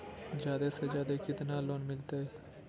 जादे से जादे कितना लोन मिलते?